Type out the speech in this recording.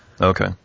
Okay